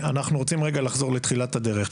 אנחנו רוצים רגע לחזור לתחילת הדרך.